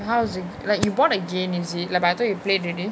how is it like you bought again is it but I thought you play already